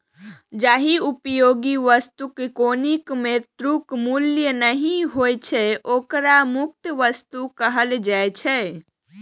जाहि उपयोगी वस्तुक कोनो मौद्रिक मूल्य नहि होइ छै, ओकरा मुफ्त वस्तु कहल जाइ छै